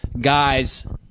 guys